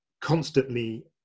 constantly